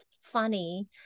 funny